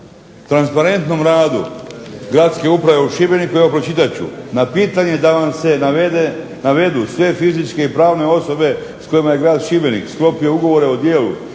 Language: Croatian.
transparentnom radu gradske uprave u Šibeniku, evo pročitat ću na pitanje da vam se navedu sve fizičke i pravne osobe s kojima je grad Šibenik sklopio ugovore o djelu